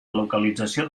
localització